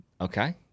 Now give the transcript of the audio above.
Okay